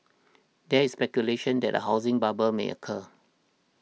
there is speculation that a housing bubble may occur